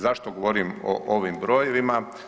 Zašto govorim o ovim brojevima?